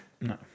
No